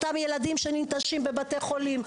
אותם ילדים שננטשים בבתי חולים,